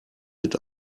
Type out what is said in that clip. mit